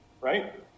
right